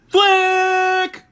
Flick